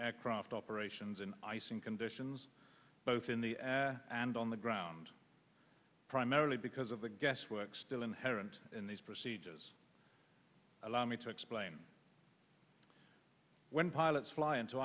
graft operations in icing conditions both in the air and on the ground primarily because of the guesswork still inherent in these procedures allow me to explain when pilots fly into